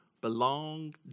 belong